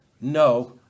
no